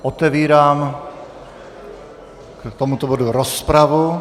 Otevírám k tomuto bodu rozpravu.